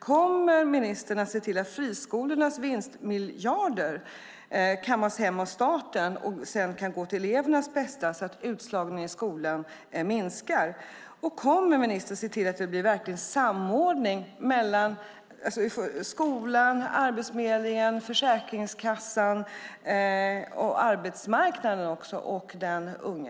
Kommer ministern att se till att friskolornas vinstmiljarder kammas hem av staten och sedan kan gå till eleverna, så att utslagningen i skolan minskar? Och kommer ministern att se till att det blir en verklig samordning mellan skolan, Arbetsförmedlingen, Försäkringskassan, arbetsmarknaden och den unge?